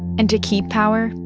and to keep power,